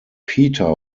peter